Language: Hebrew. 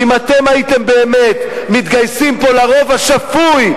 כי אם אתם הייתם באמת מתגייסים פה לרוב השפוי,